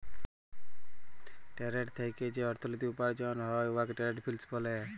trade থ্যাইকে যে অথ্থলিতি উপার্জল হ্যয় উয়াকে টেরেড ফিল্যাল্স ব্যলে